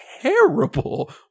terrible